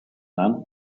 man